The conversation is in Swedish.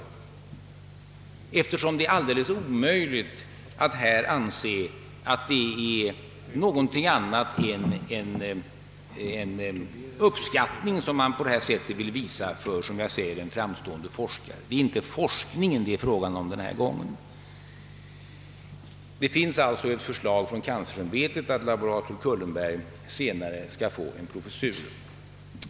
Det är ju alldeles omöjligt att anse att det är fråga om någonting annat än en uppskattning som man på detta sätt vill visa en, som jag säger, fram stående forskare. Det är inte forskningen det är fråga om denna gång. Det finns alltså ett förslag från universitetskanslersämbetet att laborator Kullenberg senare skall få en professur.